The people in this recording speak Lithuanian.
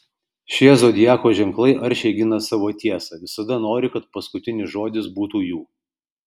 šie zodiako ženklai aršiai gina savo tiesą visada nori kad paskutinis žodis būtų jų